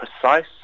precise